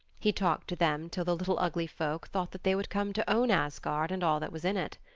he talked to them till the little, ugly folk thought that they would come to own asgard and all that was in it.